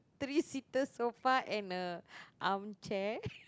three seater sofa and a arm chair